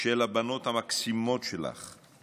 של הבנות המקסימות שלך,